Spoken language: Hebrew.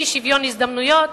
לפי שוויון הזדמנויות,